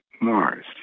Mars